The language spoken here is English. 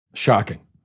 Shocking